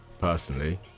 personally